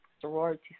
sorority